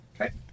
Okay